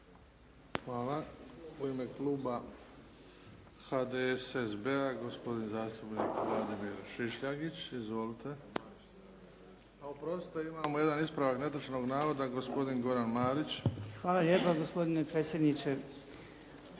Hvala. U ime kluba HDSSB-a, gospodin zastupnik Vladimir Šišljagić. Izvolite. A oprostite imamo jedan ispravak netočnog navoda, gospodin Goran Marić. **Marić, Goran